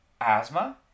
asthma